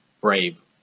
brave